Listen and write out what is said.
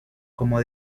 como